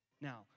Now